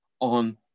on